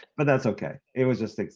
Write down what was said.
but that's okay it was just like